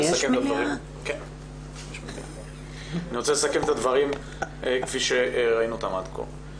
אני רוצה לסכם את הדברים כפי שראינו עד כה.